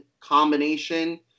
combination